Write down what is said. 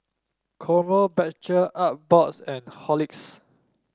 Krombacher Artbox and Horlicks